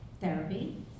therapy